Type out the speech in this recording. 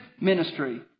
ministry